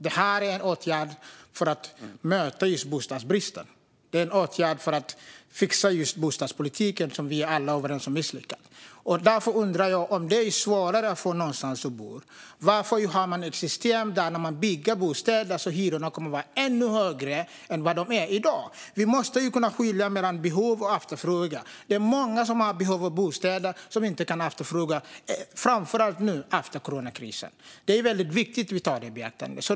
Det är ju en åtgärd för att möta just bostadsbristen och fixa bostadspolitiken, som vi alla är överens om är misslyckad. Om det blir svårare att få någonstans att bo, varför ha ett system när man bygger bostäder som gör hyrorna ännu högre än i dag? Vi måste kunna skilja på behov och efterfrågan. Det är många som har behov av bostad men som inte kan efterfråga dyra bostäder, framför allt inte efter coronakrisen. Det är viktigt att ta detta i beaktande.